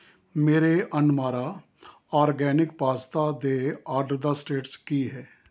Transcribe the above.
ਮੇਰੇ ਅਨਮਾਰਾ organic pasta ਦੇ ਆਡਰ ਦਾ ਸਟੇਟਸ ਕੀ ਹੈ